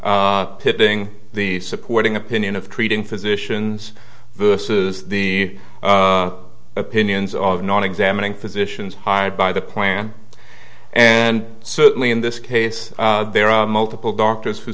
pitting the supporting opinion of treating physicians versus the opinions of non examining physicians hired by the plan and certainly in this case there are multiple doctors who